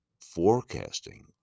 forecasting